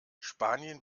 spanien